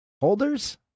holders